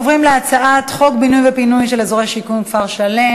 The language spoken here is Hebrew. ההצעה להעביר את הצעת חוק בינוי ופינוי של אזורי שיקום (כפר-שלם),